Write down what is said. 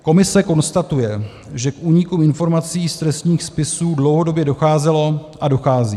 Komise konstatuje, že k úniku informací z trestních spisů dlouhodobě docházelo a dochází.